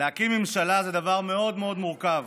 להקים ממשלה זה דבר מאוד מורכב.